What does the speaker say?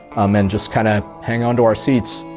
um and just kind of hang onto our seats.